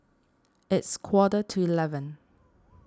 its quarter to eleven